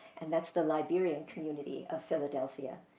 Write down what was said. and that's the liberian community of philadelphia.